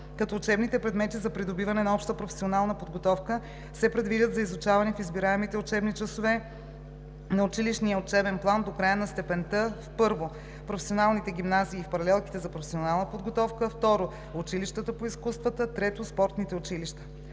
като учебните предмети за придобиване на обща професионална подготовка се предвидят за изучаване в избираемите учебни часове на училищния учебен план до края на степента в: 1. професионалните гимназии и в паралелките за професионална подготовка; 2. училищата по изкуствата; 3. спортните училища.“